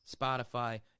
Spotify